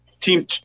team